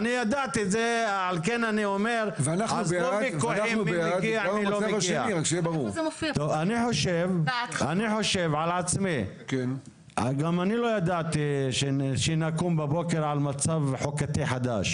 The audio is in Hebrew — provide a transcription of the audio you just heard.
אני לא ידעתי שנקום בבוקר עם מצב חוקי חדש.